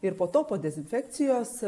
ir po to po dezinfekcijos